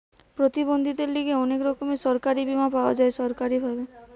প্রতিবন্ধীদের লিগে অনেক রকমের সরকারি বীমা পাওয়া যায় সরকারি ভাবে